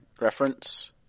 reference